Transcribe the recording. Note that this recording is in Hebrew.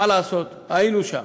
היינו שם.